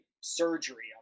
surgery